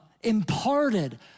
imparted